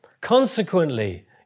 Consequently